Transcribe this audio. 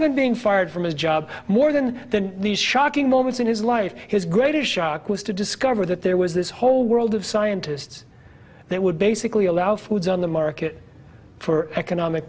than being fired from his job more than than these shocking moments in his life his greatest shock was to discover that there was this whole world of scientists that would basically allow foods on the market for economic